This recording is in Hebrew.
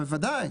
בוודאי.